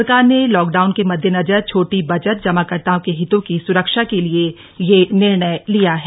सरकार ने लॉकडाउन के मद्देनजर छोटी बचत जमाकर्ताओं के हितों की सुरक्षा के लिए यह निर्णय लिया है